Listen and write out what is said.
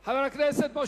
של חברי הכנסת שלי